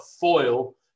foil